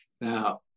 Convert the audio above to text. Now